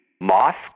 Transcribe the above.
mosque